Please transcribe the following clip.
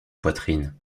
poitrine